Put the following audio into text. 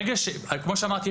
כמו שאמרתי,